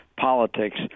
Politics